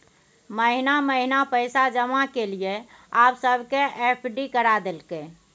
महिना महिना पैसा जमा केलियै आब सबके एफ.डी करा देलकै